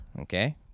Okay